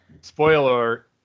Spoiler